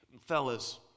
fellas